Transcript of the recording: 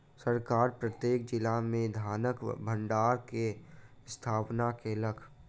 सरकार प्रत्येक जिला में धानक भण्डार के स्थापना केलक